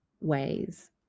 ways